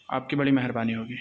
آپ کی بڑی مہربانی ہوگی